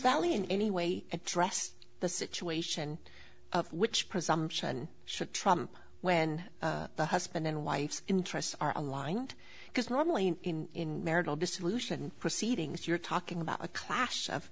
valley in any way address the situation of which presumption should trump when the husband and wife interests are aligned because normally in marital dissolution proceedings you're talking about a clash of